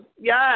Yes